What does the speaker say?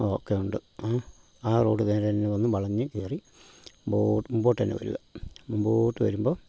ഒക്കെ ഉണ്ട് ആ റോഡ് നേരെ തന്നെ വന്ന് വളഞ്ഞ് കയറി മുൻപോട്ട് മുൻപോട്ട് അങ്ങനെ വരിക മുൻപോട്ട് വരുമ്പം